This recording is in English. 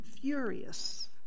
furious